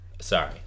Sorry